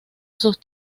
sus